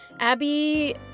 Abby